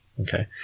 Okay